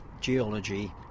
geology